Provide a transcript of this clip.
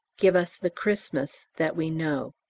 give us the christmas that we know.